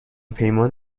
پیمان